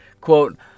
Quote